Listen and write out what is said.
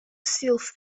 silff